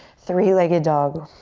three-legged dog.